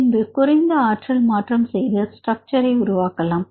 பின்பு குறைந்த ஆற்றல் மாற்றம் செய்து ஸ்ட்ரக்ச்சர்ஐ உருவாக்கலாம்